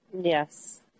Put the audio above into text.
Yes